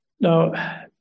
Now